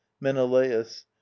menelaus